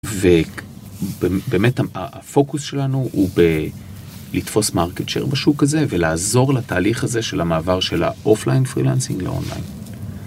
ובאמת הפוקוס שלנו הוא לתפוס מרקט שר בשוק הזה ולעזור לתהליך הזה של המעבר של האופליין פרילנסינג לאונליין.